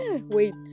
Wait